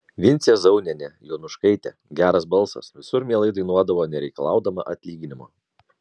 vincė zaunienė jonuškaitė geras balsas visur mielai dainuodavo nereikalaudama atlyginimo